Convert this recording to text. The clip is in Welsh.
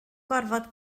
gorfod